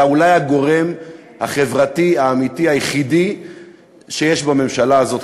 אתה אולי הגורם החברתי האמיתי היחידי שיש בממשלה הזאת,